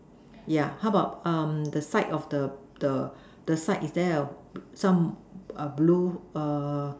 yeah how about um the side of the the the side is there a some err blue err